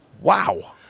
Wow